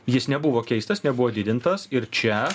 jis nebuvo keistas nebuvo didintas ir čia